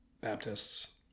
Baptists